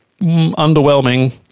underwhelming